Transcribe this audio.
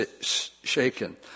shaken